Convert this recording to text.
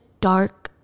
dark